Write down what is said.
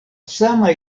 sama